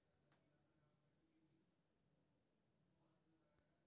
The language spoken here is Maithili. निवेशक ओहने कंपनी कें पूंजी दै छै, जेकरा मादे ई भरोसा रहै छै जे विकास करतै